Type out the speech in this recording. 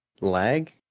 Lag